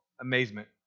amazement